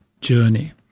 journey